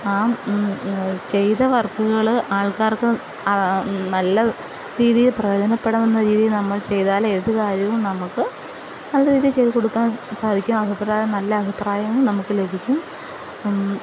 ആ ചെയ്ത വർക്കുകള് ആൾക്കാർക്ക് നല്ല രീതിയിൽ പ്രയോജനപ്പെടാവുന്ന രീതിയിൽ നമ്മൾ ചെയ്താൽ ഏതു കാര്യവും നമുക്ക് നല്ല രീതിയിൽ ചെയ്തുകൊടുക്കാൻ സാധിക്കും അഭിപ്രായം നല്ല അഭിപ്രായവും നമുക്ക് ലഭിക്കും